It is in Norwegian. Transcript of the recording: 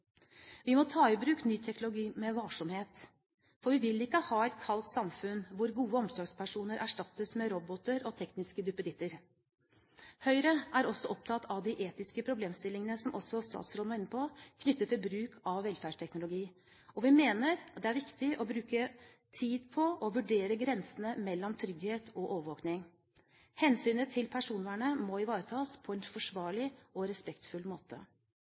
Vi må ta i bruk ny teknologi med varsomhet, for vi vil ikke ha et kaldt samfunn hvor gode omsorgspersoner erstattes med roboter og tekniske duppeditter. Høyre er også opptatt av de etiske problemstillingene, som også statsråden var inne på, knyttet til bruk av velferdsteknologi. Vi mener det er viktig å bruke tid på å vurdere grensene mellom trygghet og overvåkning. Hensynet til personvernet må ivaretas på en forsvarlig og respektfull måte.